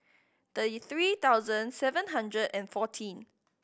thirty three thousand seven hundred and fourteen